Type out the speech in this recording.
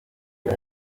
iyo